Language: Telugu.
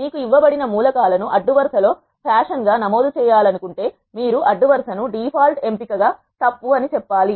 మీకు ఇవ్వబడిన మూలకాలను అడ్డు వరుస లో ఫ్యాషన్ గా నమోదు చేయాలనుకుంటే మీరు అడ్డు వరుస ను డిఫాల్ట్ ఎంపిక గా తప్పు అని చెప్పాలి